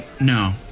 No